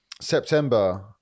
September